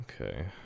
Okay